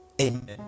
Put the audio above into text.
Amen